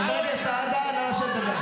חבר הכנסת סעדה, נא לשבת.